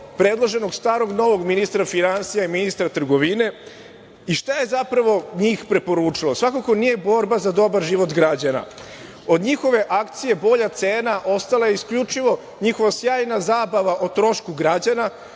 predloženog starog-novog ministra finansija i ministra trgovine. Šta je zapravo njih preporučilo? Svakako nije borba za dobar život građana. Od njihove akcije „Bolja cena“ ostala je isključivo njihova sjajna zabava o trošku građana.